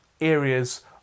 areas